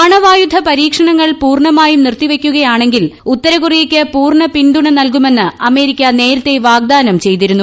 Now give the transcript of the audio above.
അണുവായുധ പരീക്ഷണങ്ങൾ പൂർണമായും നിർത്തി വയ്ക്കുകയാണെങ്കിൽ ഉത്തരകൊറിയയ്ക്ക് പൂർണ പിന്തുണ നൽകുമെന്ന് അമേരിക്ക നേരത്തെ വാഗ്ദാനം ചെയ്തിരുന്നു